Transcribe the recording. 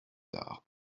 tard